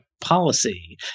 policy